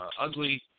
ugly